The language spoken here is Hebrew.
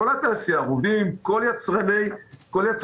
כל התעשייה, עובדים עם כל יצרני המטבחים-